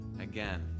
again